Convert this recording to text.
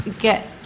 get